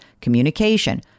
communication